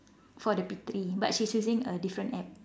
for the P three but she's using a different App